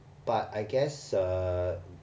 but I guess err